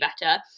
better